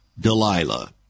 Delilah